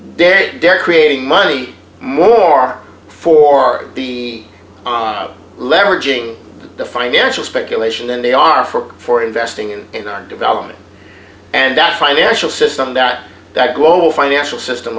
dead they're creating money more for the leveraging the financial speculation and they are for for investing in our development and our financial system that that global financial system